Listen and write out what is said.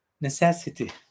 necessity